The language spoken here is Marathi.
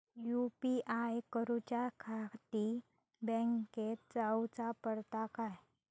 यू.पी.आय करूच्याखाती बँकेत जाऊचा पडता काय?